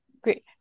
Great